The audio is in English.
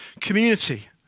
community